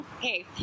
hey